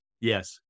Yes